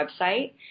website